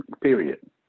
Period